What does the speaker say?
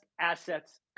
assets